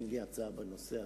ואין לי הצעה בנושא הזה.